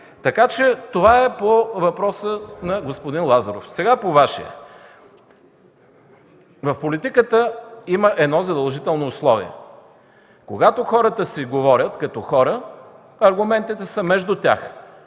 Така че това е по въпроса на господин Лазаров. Сега по Вашия. В политиката има едно задължително условие: когато хората си говорят като хора, аргументите са между тях,